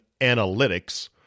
Analytics